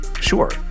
sure